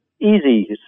easy